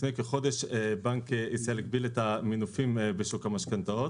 לפני כחודש בנק ישראל הגביל את המינופים בשוק המשכנתאות,